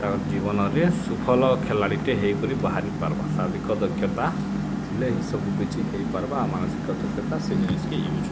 ତାର ଜୀବନରେ ସୁଫଲ ଖେଲାଲିଟେ ହେଇକରି ବାହାରି ପାରବା ଶାରୀରିକ ଦକ୍ଷତା ଥିଲେ ହିଁ ସବୁ କିଛି ହେଇପାରବା ଆଉ ମାନସିକ ଦକ୍ଷତା ସେ ଜିନିଷକେ ୟୁଜ୍ କରି